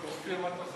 הכינו לי במשרד את נוסח